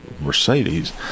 Mercedes